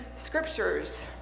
Scriptures